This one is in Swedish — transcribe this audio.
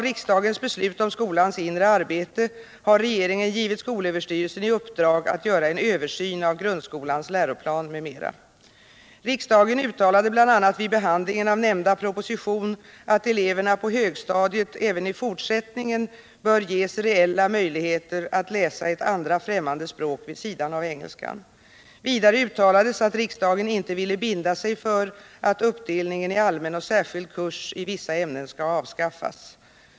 Riksdagen uttalade bl.a. vid behandlingen av nämnda proposition att eleverna på högstadiet även i fortsättningen bör ges reella möjligheter att läsa ett andra främmande språk vid sidan av engelskan. Vidare uttalades att riksdagen inte ville binda sig för att uppdelningen i allmän och särskild kurs i vissa ämnen skall avskaffas.